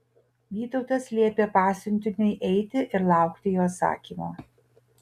vytautas liepė pasiuntiniui eiti ir laukti jo atsakymo